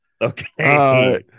Okay